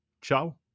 Ciao